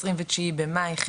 7 ביוני 2022,